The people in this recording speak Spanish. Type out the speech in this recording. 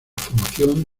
formación